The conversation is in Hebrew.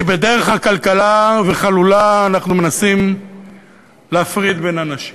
שבדרך עקלקלה וחלולה אנחנו מנסים להפריד בין אנשים.